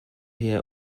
hear